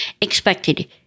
expected